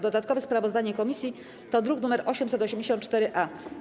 Dodatkowe sprawozdanie komisji to druk nr 884-A.